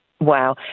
Wow